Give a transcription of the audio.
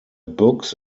books